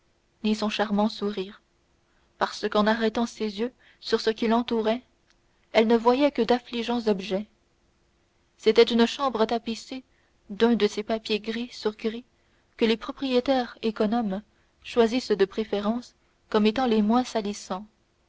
ni son charmant sourire parce qu'en arrêtant ses yeux sur ce qui l'entourait elle ne voyait que d'affligeants objets c'était une chambre tapissée d'un de ces papiers gris sur gris que les propriétaires économes choisissent de préférence comme étant les moins salissants